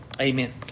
amen